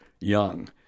young